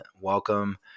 welcome